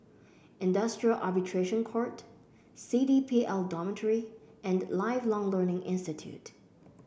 Industrial Arbitration Court C D P L Dormitory and Lifelong Learning Institute